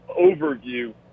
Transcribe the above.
overview